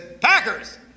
Packers